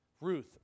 Ruth